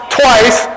twice